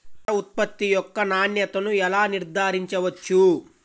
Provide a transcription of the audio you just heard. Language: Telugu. పంట ఉత్పత్తి యొక్క నాణ్యతను ఎలా నిర్ధారించవచ్చు?